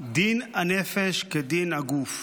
דין הנפש כדין הגוף.